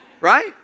Right